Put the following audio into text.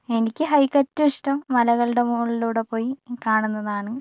എനിക്ക് ഹൈക്ക് ഏറ്റവും ഇഷ്ടം മലകളുടെ മുകളിലൂടെ പോയി കാണുന്നതാണ്